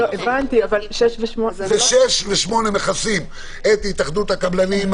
6 ו-8 מכסים את התאחדות הקבלנים,